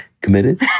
Committed